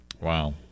Wow